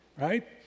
right